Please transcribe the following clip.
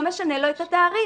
היא לא משנה לבית העסק את התעריף.